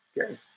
Okay